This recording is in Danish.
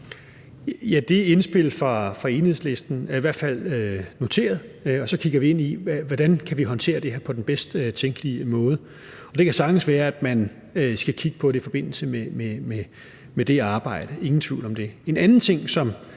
Det indspil fra Enhedslisten er i hvert fald noteret, og så kigger vi ind i, hvordan vi kan håndtere det her på den bedst tænkelige måde. Det kan sagtens være, at man skal kigge på det i forbindelse med det arbejde,